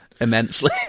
immensely